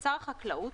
"(ד)שר החקלאות,